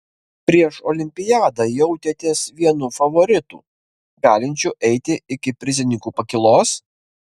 prieš olimpiadą jautėtės vienu favoritų galinčiu eiti iki prizininkų pakylos